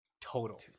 total